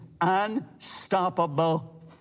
unstoppable